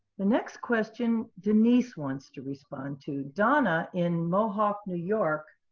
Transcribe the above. the next question, denise wants to respond to. donna in mohawk, new york,